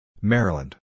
Maryland